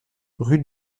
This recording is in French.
rue